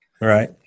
Right